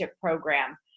program